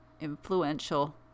influential